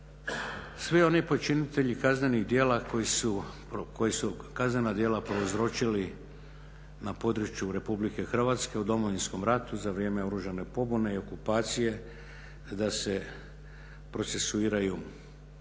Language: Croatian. svi oni počinitelji kaznenih djela koji su kaznena djela prouzročili na području Republike Hrvatske u Domovinskom ratu za vrijeme oružane pobune i okupacije da se procesuiraju